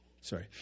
sorry